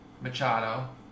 Machado